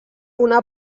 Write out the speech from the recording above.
una